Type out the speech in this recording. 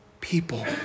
people